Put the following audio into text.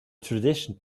tradition